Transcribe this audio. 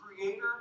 creator